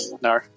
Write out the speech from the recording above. No